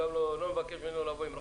לא לבקש ממנו לבוא עם רחפן.